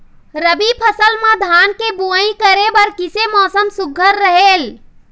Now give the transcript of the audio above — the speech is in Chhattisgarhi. रबी फसल म धान के बुनई करे बर किसे मौसम सुघ्घर रहेल?